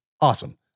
Awesome